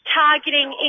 targeting